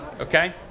Okay